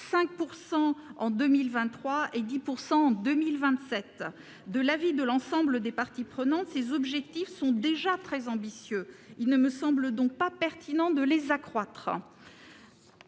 5 % en 2023 et de 10 % en 2027. De l'avis de l'ensemble des parties prenantes, ces objectifs sont déjà très ambitieux. Il ne semble donc pas pertinent de les relever.